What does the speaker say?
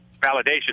validation